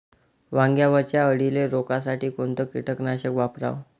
वांग्यावरच्या अळीले रोकासाठी कोनतं कीटकनाशक वापराव?